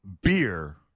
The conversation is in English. Beer